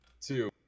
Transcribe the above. Two